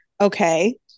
Okay